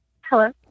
Hello